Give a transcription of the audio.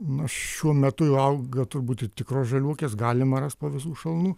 na šiuo metu jau auga turbūt ir tikros žaliuokės galima rast po visų šalnų